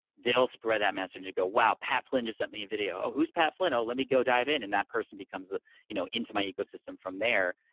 they'll spread that message and go, wow, pat flynn just sent me a video! oh, who's pat flynn? oh, let me go dive in, and that person becomes ah you know into my ecosystem from there,